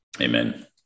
Amen